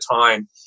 time